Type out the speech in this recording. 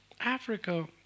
Africa